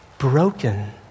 broken